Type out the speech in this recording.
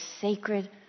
sacred